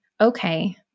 okay